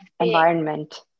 environment